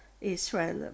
Israel